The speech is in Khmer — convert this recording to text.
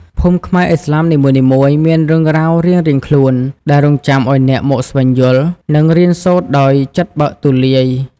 ភូមិខ្មែរឥស្លាមនីមួយៗមានរឿងរ៉ាវរៀងៗខ្លួន ដែលរង់ចាំឱ្យអ្នកមកស្វែងយល់ និងរៀនសូត្រដោយចិត្តបើកទូលាយ។